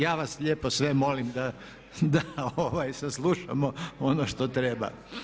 Ja vas lijepo sve molim da saslušamo ono što treba!